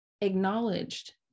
acknowledged